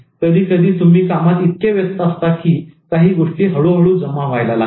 कधी कधी तुम्ही कामात इतके व्यस्त असता की काही गोष्टी हळूहळू जमा व्हायला लागतात